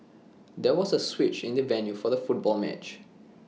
there was A switch in the venue for the football match